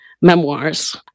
memoirs